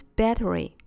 battery